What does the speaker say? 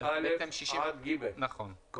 אם